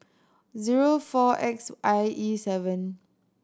zero four X I E seven